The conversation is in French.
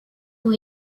ont